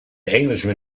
englishman